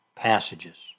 passages